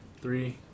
three